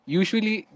usually